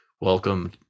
Welcome